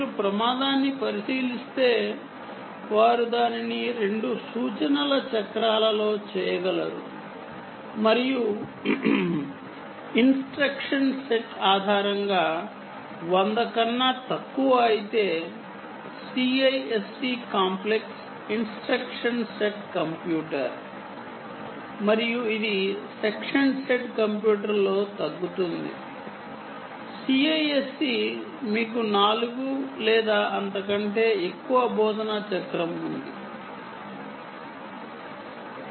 మీరు రిస్క్ ని పరిశీలిస్తే ఇది దానిని ఒకటి రెండు ఇన్స్ట్రక్షన్ సైకిల్స్ లో చేయగలదు మరియు ఇన్స్ట్రక్షన్ సెట్ సాధారణంగా 100 కన్నా తక్కువ అయితే CISC complex instruction set computer మరియు ఇది రెడ్యూస్డ్ ఇన్స్ట్రక్షన్ సెట్ కంప్యూటర్ లో తగ్గుతుంది CISC మీకు 4 లేదా అంతకంటే ఎక్కువ ఇన్స్ట్రక్షన్ సైకిల్స్ ఉన్నాయి